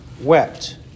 wept